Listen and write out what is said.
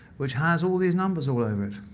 which has all these numbers all over it.